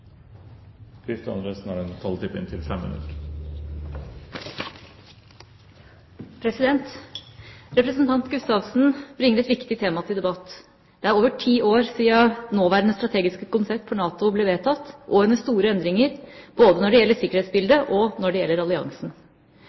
over ti år siden det nåværende strategiske konsept for NATO ble vedtatt – år med store endringer, både når det gjelder sikkerhetsbildet, og når det gjelder alliansen.